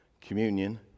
communion